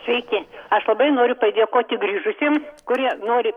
sveiki aš labai noriu padėkoti grįžusiems kurie nori